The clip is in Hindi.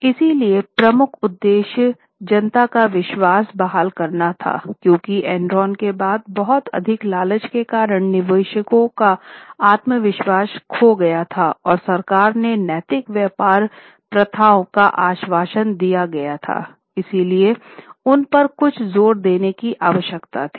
इसलिए प्रमुख उद्देश्य जनता का विश्वास बहाल करना था क्योंकि एनरॉन के बाद बहुत अधिक लालच के कारण निवेशकों का आत्मविश्वास खो गया था और सरकार ने नैतिक व्यापार प्रथाओं का आश्वासन दिया गया था इसलिए उन पर कुछ जोर देने की आवश्यकता थी